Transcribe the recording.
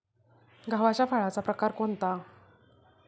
गव्हाच्या फळाचा प्रकार कोणता?